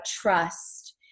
trust